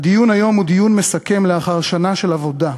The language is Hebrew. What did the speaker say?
הדיון היום הוא דיון מסכם לאחר שנה של עבודה,